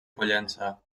pollença